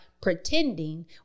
pretending